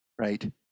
right